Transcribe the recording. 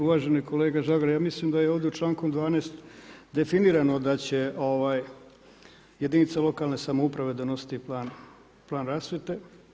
Uvaženi kolega Žagar, ja mislim da je ovdje člankom 12. definirano da će jedinica lokalne samouprave donositi plan rasvjete.